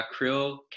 Krill